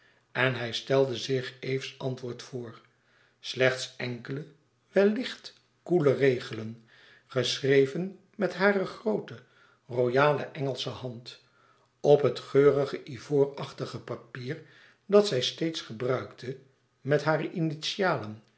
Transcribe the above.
en hij stelde zich eve's antwoord voor slechts enkele wellicht koele regelen geschreven met hare groote royale engelsche hand op het geurige ivoorachtige papier dat zij steeds gebruikte met hare initialen